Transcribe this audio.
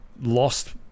Lost